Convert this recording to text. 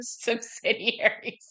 Subsidiaries